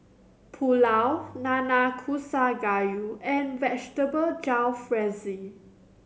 Pulao Nanakusa Gayu and Vegetable Jalfrezi